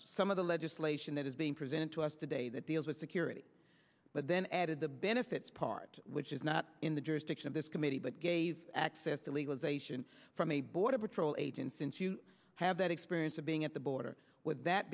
some of the legislation that is being presented to us today that deals with security but then added the benefits part which is not in the jurisdiction of this committee but gave access to legalization from a border patrol agent since you have that experience of being at the border with that